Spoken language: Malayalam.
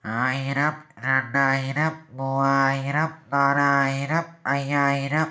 ആയിരം രണ്ടായിരം മൂവായിരം നാലായിരം അയ്യായിരം